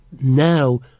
now